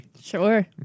Sure